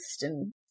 and-